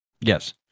Yes